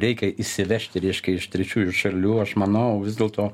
reikia įsivežti reiškia iš trečiųjų šalių aš manau vis dėlto